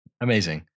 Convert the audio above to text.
Amazing